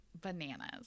Bananas